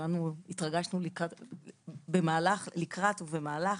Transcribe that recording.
התרגשנו בעיקר לקראת ובמהלך.